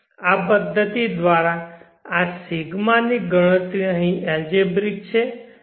આ પદ્ધતિ દ્વારા આ 𝜌 ની ગણતરી અહીં એલજેબ્રિક છે